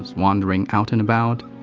wandering out and about,